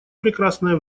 прекрасное